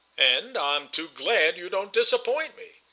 and i'm too glad you don't disappoint me.